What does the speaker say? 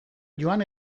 joan